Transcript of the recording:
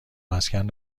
مسکن